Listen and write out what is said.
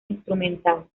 instrumental